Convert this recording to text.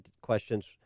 questions